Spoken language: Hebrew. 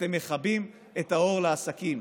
אתם מכבים את האור לעסקים.